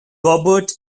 robert